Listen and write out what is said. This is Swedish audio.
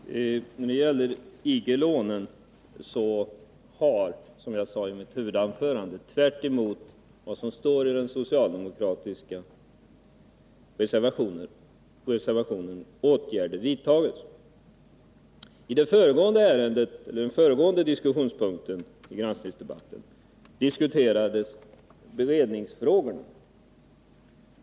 Herr talman! Beträffande industrigarantilånen har, som jag sade i mitt huvudanförande, åtgärder vidtagits tvärtemot vad som står i den socialdemokratiska reservationen. Under den föregående diskussionspunkten debatterades beredningsfrågorna.